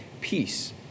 Peace